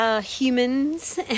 humans